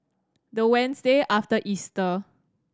the Wednesday after Easter